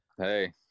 hey